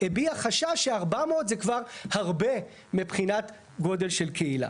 הביעה חשש ש-400 זה כבר הרבה מבחינת גודל של קהילה.